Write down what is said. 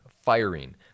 firing